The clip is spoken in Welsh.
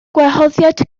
gwahoddiad